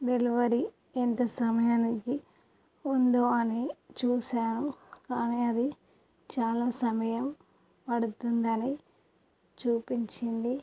delivery ఎంత సమయానికి ఉందో అని చూసాను కానీ అది చాలా సమయం పడుతుందని చూపించింది